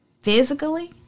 physically